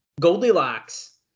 Goldilocks